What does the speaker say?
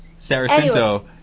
Saracinto